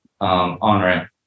on-ramp